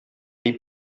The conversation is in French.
les